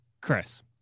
Chris